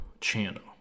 channel